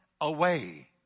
away